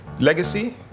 legacy